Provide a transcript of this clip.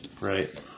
Right